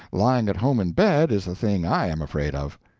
lying at home in bed is the thing i am afraid of.